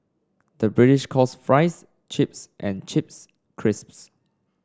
the British calls fries chips and chips crisps